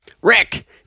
Rick